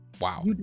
wow